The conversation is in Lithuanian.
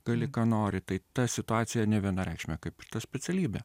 gali ką nori tai ta situacija nevienareikšmė kaip ta specialybė